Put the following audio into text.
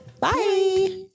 Bye